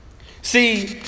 See